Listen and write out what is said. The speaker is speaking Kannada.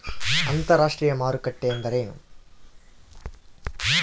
ಅಂತರಾಷ್ಟ್ರೇಯ ಮಾರುಕಟ್ಟೆ ಎಂದರೇನು?